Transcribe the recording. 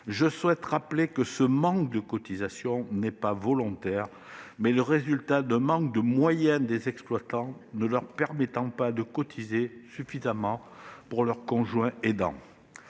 Je souhaite toutefois rappeler que ce manque de cotisation n'est pas volontaire ; il est le résultat du manque de moyens des exploitants, ne leur permettant pas de cotiser suffisamment pour leur conjoint aidant.